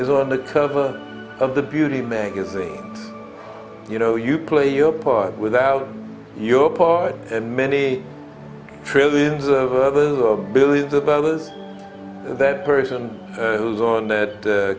is on the cover of the beauty magazine you know you play your part without your part and many trillions of others or billions of others and that person who's on th